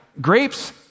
grapes